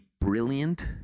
brilliant